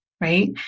right